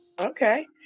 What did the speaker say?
Okay